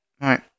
right